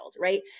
Right